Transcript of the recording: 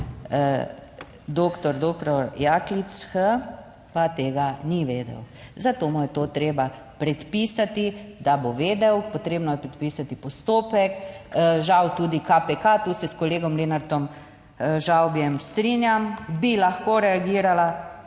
doktor doktor Jaklič pa tega ni vedel, zato mu je to treba predpisati, da bo vedel, potrebno je predpisati postopek, žal tudi KPK, tu se s kolegom Lenartom Žavbijem strinjam, bi lahko reagirala,